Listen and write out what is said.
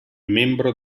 membro